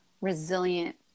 resilient